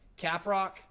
Caprock